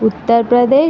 Uttar Pradesh